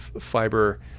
fiber